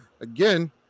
Again